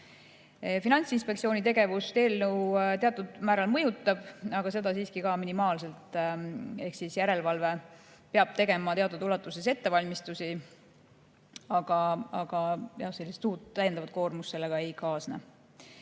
Finantsinspektsiooni tegevust eelnõu teatud määral mõjutab, aga seda siiski minimaalselt, ehk järelevalve peab tegema teatud ulatuses ettevalmistusi, aga sellist uut, täiendavat koormust sellega ei kaasne.